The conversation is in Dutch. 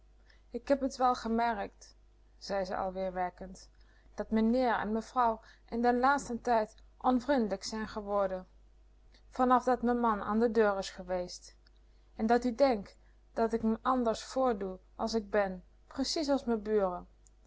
k heb wel gemerkt zei ze alweer werkend dat meneer en mevrouw in den laatsten tijd onvrindelijk zijn geworden van af dat me man an de deur is geweest en dat u denkt da k me anders voordoe as k ben precies as me